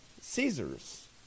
Caesar's